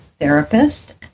therapist